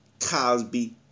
Cosby